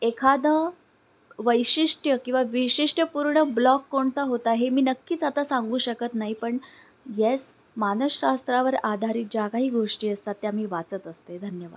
एखादं वैशिष्ट्य किंवा विशिष्ट्यपूर्ण ब्लॉक कोणता होता हे मी नक्कीच आता सांगू शकत नाही पण येस मानसशास्त्रावर आधारित ज्या काही गोष्टी असतात त्या मी वाचत असते धन्यवाद